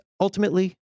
ultimately